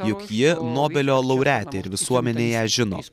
juk ji nobelio laureatė ir visuomenė ją žino